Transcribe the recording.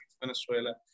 Venezuela